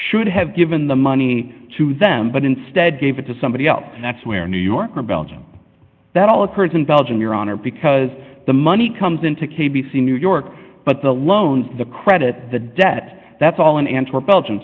should have given the money to them but instead gave it to somebody else and that's where in new york or belgium that all occurs in belgium your honor because the money comes in to k b c new york but the loan the credit the debt that's all in antwerp belgium